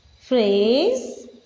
phrase